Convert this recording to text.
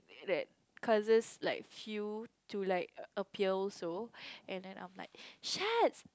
that causes like a few to like appear also and then I am like